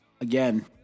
again